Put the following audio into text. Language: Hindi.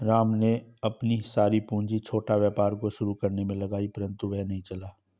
राम ने अपनी सारी पूंजी छोटा व्यापार को शुरू करने मे लगाई परन्तु वह नहीं चला